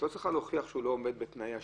צריכה להוכיח שהוא לא עומד בתנאי השילוט,